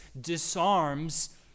disarms